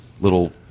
Little